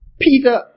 Peter